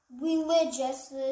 religious